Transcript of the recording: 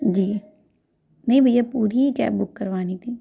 जी नहीं भैया पूरी ही कैब बुक करवानी थी